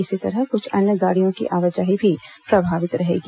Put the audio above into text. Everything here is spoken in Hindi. इसी तरह कुछ अन्य गाड़ियों की आवाजाही भी प्रभावित रहेगी